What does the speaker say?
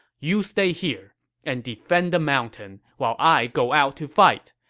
you stay here and defend the mountain, while i go out to fight.